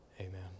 amen